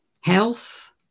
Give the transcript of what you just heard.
Health